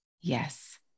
Yes